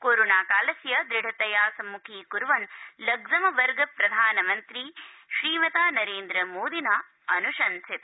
कोरोणाकालस्य द्रदृतया सम्मुखीकर्वन् लम्ज़मबर्ग प्रधानमन्त्री श्रीमता नरेन्द्र मोदिना अनृशंसित